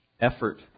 effort